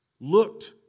looked